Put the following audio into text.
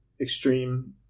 extreme